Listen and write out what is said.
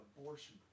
abortion